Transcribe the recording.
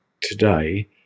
today